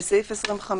זה מה שאתם הולכים